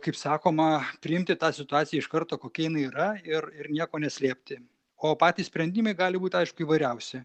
kaip sakoma priimti tą situaciją iš karto kokia jinai yra ir ir nieko neslėpti o patys sprendimai gali būt aišku įvairiausi